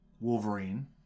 Wolverine